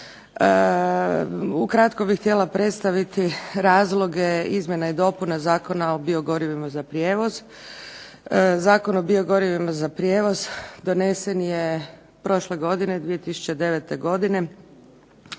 Ukratko bih htjela predstaviti razloge izmjena i dopuna Zakona o biogorivima za prijevoz. Zakon o biogorivima za prijevoz donesen je prošle godine, 2009. godine